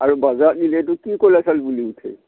আৰু বজাৰত নিলেতো কি ক'লা চাউল বুলি উঠে